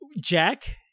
Jack